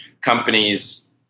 companies